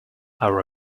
our